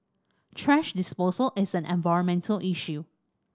thrash disposal is an environmental issue